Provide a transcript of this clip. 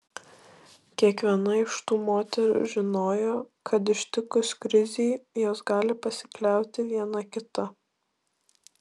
kiekviena iš tų moterų žinojo kad ištikus krizei jos gali pasikliauti viena kita